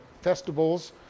festivals